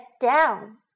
down